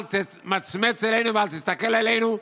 אל תמצמץ אלינו ואל תסתכל עלינו,